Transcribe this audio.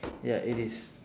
ya it is